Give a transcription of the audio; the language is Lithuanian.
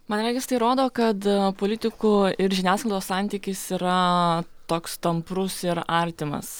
man regis tai rodo kad politikų ir žiniasklaidos santykis yra toks tamprus ir artimas